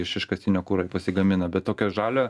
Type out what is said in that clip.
iš iškastinio kuro jie pasigamina bet tokio žalio